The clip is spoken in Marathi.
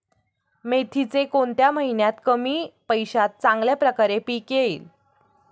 मेथीचे कोणत्या महिन्यात कमी पैशात चांगल्या प्रकारे पीक येईल?